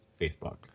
Facebook